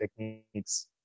techniques